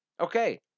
Okay